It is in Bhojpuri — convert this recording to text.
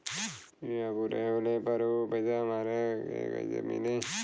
बीमा पूरा होले पर उ पैसा हमरा के कईसे मिली?